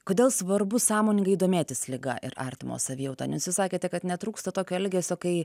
kodėl svarbu sąmoningai domėtis liga ir artimo savijauta nes jūs sakėte kad netrūksta tokio elgesio kai